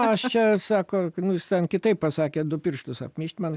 aš čia sako kad nu jis ten kitaip pasakė du pirštus apmyžt man